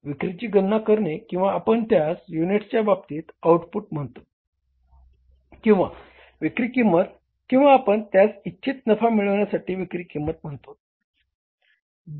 विक्रीची गणना करणे किंवा आपण त्यास युनिट्सच्या बाबतीत आउटपुट म्हणतोत किंवा विक्री किंमत किंवा आपण त्यास इच्छित नफा मिळविण्यासाठी विक्री किंमत म्ह्णतोत